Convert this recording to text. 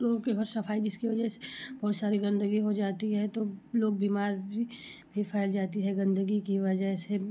लोगों के घर सफाई जिसकी वजह से बहुत सारी गंदगी हो जाती है तो लोग बीमारी भी फैल जाती है गंदगी की वजह से